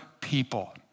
people